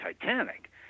Titanic